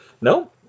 No